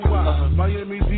Miami